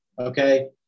okay